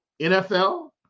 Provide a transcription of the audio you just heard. nfl